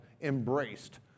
embraced